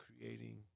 creating